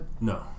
No